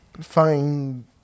find